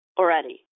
already